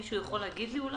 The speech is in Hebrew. מישהו יכול לומר לי?